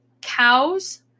cows